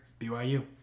BYU